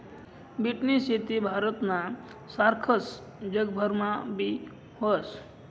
बीटनी शेती भारतना सारखस जगभरमा बी व्हस